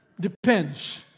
Depends